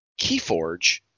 Keyforge